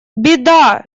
беда